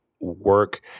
work